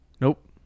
Nope